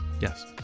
yes